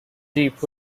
jeep